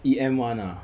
E_M one ah